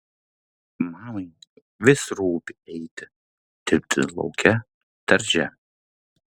mamai vis rūpi eiti dirbti lauke darže